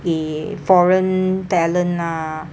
eh foreign talent ah